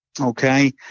okay